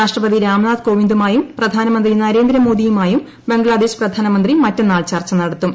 രാഷ്ട്രപതി രാംനാഥ് കോവിന്ദുമായും പ്രധാനമന്ത്രി നരേന്ദ്രമോദിയുമായും ബംഗ്ലാദേശ് പ്രധാനമന്ത്രി മറ്റന്നാൾ ചർച്ച നടത്തും